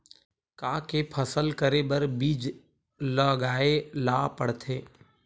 का के फसल करे बर बीज लगाए ला पड़थे?